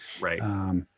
Right